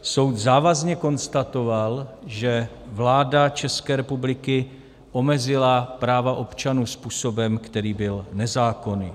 Soud závazně konstatoval, že vláda České republiky omezila práva občanů způsobem, který byl nezákonný.